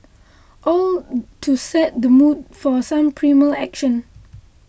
all to set the mood for some primal action